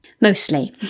Mostly